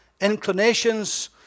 inclinations